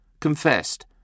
confessed